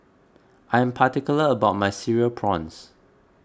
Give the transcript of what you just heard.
I am particular about my Cereal Prawns